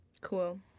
cool